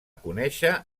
conèixer